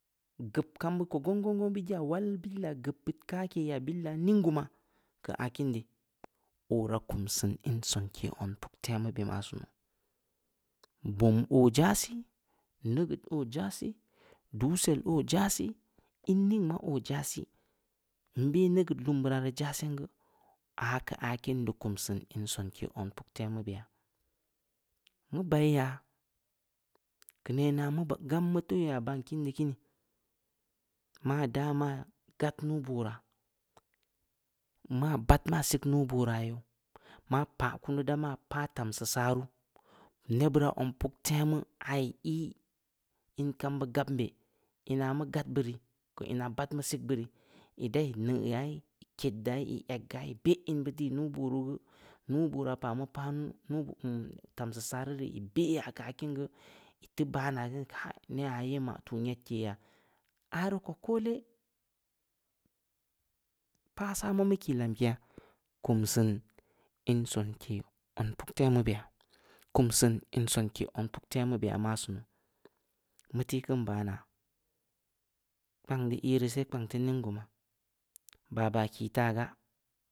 Geub kambeud ko gong-gong-gong. m bit yaa walbil yaa, geub beud kakeh, bil yaa ninggumaa, keu aah kiin dii, oo raa kum seun in sonke zong puktemu beh maa sunu, bum oo jaa sii, neugeud oo jaa sii, duusel oo jaa sii, in ning maa oo jaa sii, nbeh neugeud lum beuraa rii jaa sen geu, aah keu aah kin dii kum seun in sonke kumke zong puktemu beya, mu bai yaa, keu nenaah mu gam teui yaa baan kiin dii kini, maa daa maa gaad nuubooraa. maa baad maa sik nuubooraa yew, maa paa kunu damaa paah tanseu sarru, ne beuraa zong puk temu rii, aah ii yi in kam beud gamn beh, ina mu gaad beurii, keu ina mu gaad mu zig beu rii, ii da ii neuyaa, ii ked yaa, ii egg yaa, ii beh in beud dii yaa nuubooruu geu, nuubooraa pah mu pah ii tamseu sarru rii, ii beyaa keu aah kiin geu, ii teu baa na geu, kai! Neyha ye maa tuu nyedke yaa, aah rii ko koole, pah saa mu meu kii lamkeya, kum siin in sonke zong puktemu be yaa-kum siin in sonke zong puktemu be yaa maa sunu, mu tii kiin baa naa, kpank dii iirii seh, kpank teu ninggumaa, baa-baa kii taa gaa.